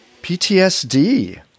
PTSD